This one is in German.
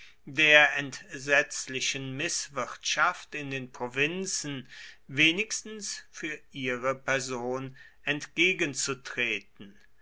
der entsetzlichen mißwirtschaft in den provinzen wenigstens für ihre person entgegenzutreten